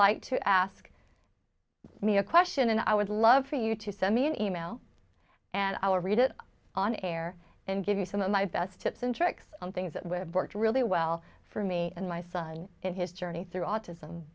like to ask me a question and i would love for you to send me an e mail and i'll read it on air and give you some of my best tips and tricks on things that would have worked really well for me and my son in his journey through autism